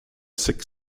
six